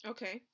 Okay